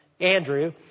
Andrew